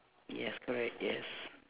yes correct yes